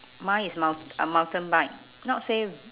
mine is mount~ a mountain bike not say